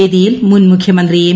വേദിയിൽ മുൻമുഖ്യമന്ത്രി എം